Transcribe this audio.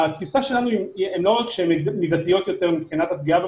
התפיסה שלנו היא לא רק שהן מידתיות מבחינת הפגיעה בפרטיות,